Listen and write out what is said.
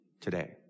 today